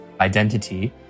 identity